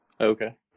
okay